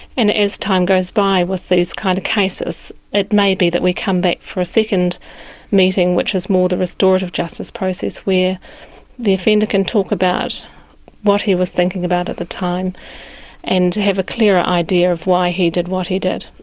and as time goes by with these kind of cases it may be that we come back for a second meeting which is more the restorative justice process where the offender can talk about what he was thinking about at the time and have a clearer idea of why he did what he did,